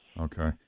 Okay